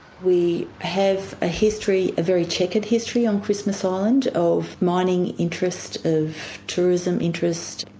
we have a history, a very chequered history on christmas island of mining interests, of tourism interests.